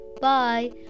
Bye